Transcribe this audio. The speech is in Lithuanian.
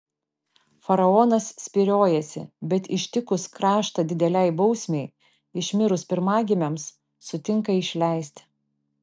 faraonas spyriojasi bet ištikus kraštą didelei bausmei išmirus pirmagimiams sutinka išleisti